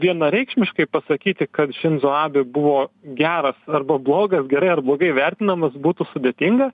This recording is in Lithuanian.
vienareikšmiškai pasakyti kad šinzo abi buvo geras arba blogas gerai ar blogai vertinamas būtų sudėtinga